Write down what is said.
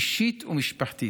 אישית ומשפחתית.